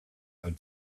out